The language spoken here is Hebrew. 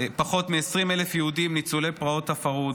פחות מ-20,000 יהודים ניצולי פרעות הפרהוד,